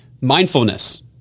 Mindfulness